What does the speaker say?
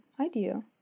idea